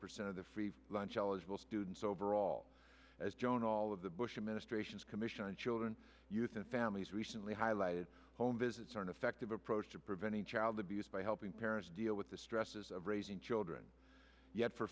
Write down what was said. percent of the free lunch eligible students overall as joan all of the bush administration's commission on children youth and families recently highlighted home visits aren't effective approach to preventing child abuse by helping parents deal with the stresses of raising children yet for